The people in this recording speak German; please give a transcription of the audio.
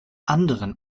anderen